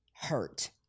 hurt